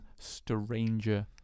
Stranger